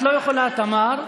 את לא יכולה, תמר.